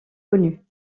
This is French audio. connue